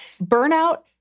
burnout